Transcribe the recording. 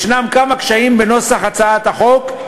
יש כמה קשיים בנוסח הצעת החוק.